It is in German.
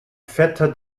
vetter